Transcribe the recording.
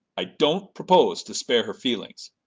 i don't propose to spare her feelings.